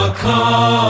Come